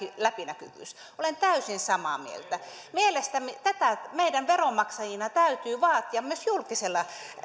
läpinäkyvyys olen täysin samaa mieltä mielestämme tätä meidän veronmaksajina täytyy vaatia myös julkisella